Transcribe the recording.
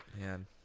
man